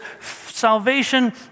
salvation